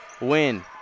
win